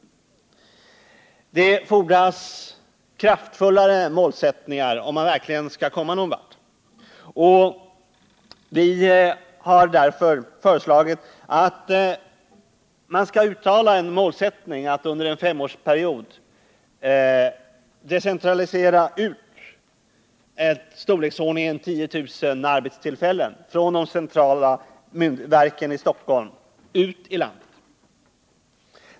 Det fordras kraftfullare målsättningar om man verkligen skall kunna komma någon vart. Vi har därför föreslagit att man skall uttala målsättningen att under en femårsperiod decentralisera 10 000 arbetstillfällen från de centrala verken i Stockholm ut i landet.